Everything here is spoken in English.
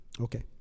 Okay